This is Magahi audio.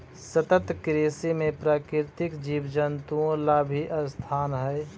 सतत कृषि में प्राकृतिक जीव जंतुओं ला भी स्थान हई